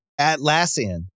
Atlassian